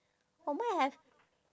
for mine I have